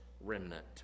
remnant